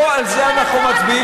לא על זה אנחנו מצביעים